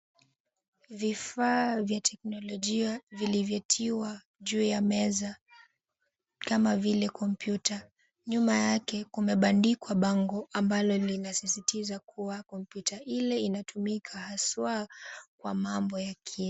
Vifaa vya teknolojia vilivyotiwa juu ya meza kama vile kompyuta. Nyuma yake kumebandikwa bango ambalo linasisitiza kuwa kompyuta ile inatumika hasa kwa mambo ya kielimu.